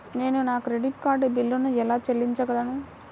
నేను నా credit card బిల్లును ఎలా చెల్లించగలను?